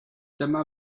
dyma